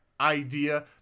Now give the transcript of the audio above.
idea